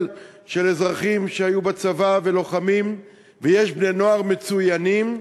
של אזרחים שהיו בצבא ולוחמים ויש בני-נוער מצוינים.